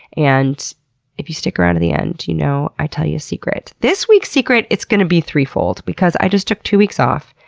and if you stick around to the end you you know i tell you a secret. this week's secret, it's going to be three-fold, because i just took two weeks off.